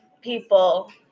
people